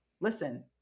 listen